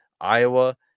iowa